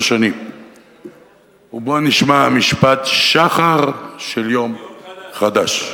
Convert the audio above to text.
שבו נשמע המשפט "שחר של יום חדש".